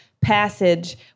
passage